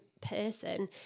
person